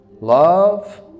love